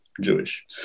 Jewish